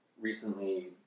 recently